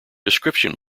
description